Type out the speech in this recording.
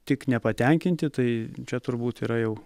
tik nepatenkinti tai čia turbūt yra jau